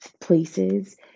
places